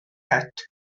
het